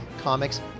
comics